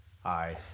Hi